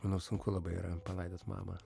manau sunku labai yra palaidot mamą